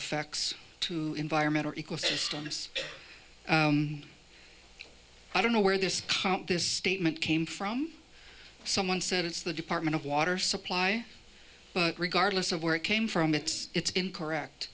effects to environmental ecosystems i don't know where this comment this statement came from someone said it's the department of water supply but regardless of where it came from it's it's incorrect